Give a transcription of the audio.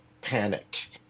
panicked